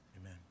Amen